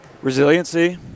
Resiliency